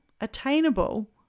attainable